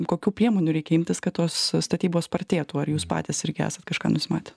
kokių priemonių reikia imtis kad tos statybos spartėtų ar jūs patys irgi esat kažką nusimatę